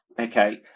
Okay